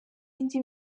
indi